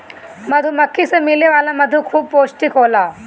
मधुमक्खी से मिले वाला मधु खूबे पौष्टिक होला